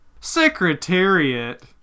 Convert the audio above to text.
Secretariat